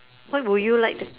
what would you like to